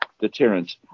deterrence